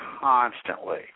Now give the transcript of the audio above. constantly